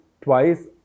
twice